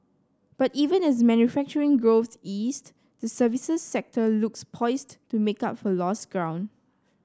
but even as manufacturing growth eased the services sector looks poised to make up for lost ground